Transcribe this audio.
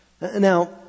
Now